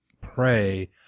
pray